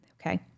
Okay